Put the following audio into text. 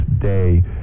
day